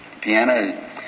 piano